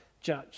judge